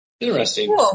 Interesting